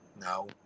No